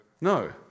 No